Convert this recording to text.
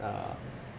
uh